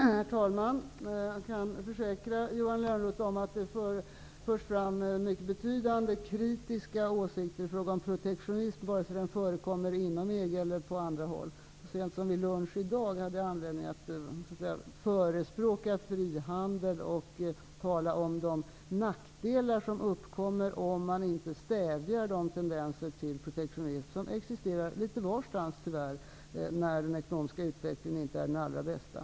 Herr talman! Jag kan försäkra Johan Lönnroth om att mycket betydande kritiska åsikter förs fram i fråga om protektionism, vare sig denna förekommer inom EG eller den förekommer på andra håll. Så sent som vid lunchen i dag hade jag anledning att så att säga förespråka frihandel och att tala om de nackdelar som uppkommer om man inte stävjar de tendenser till protektionism som, tyvärr, existerar litet varstans när den ekonomiska utvecklingen inte är den allra bästa.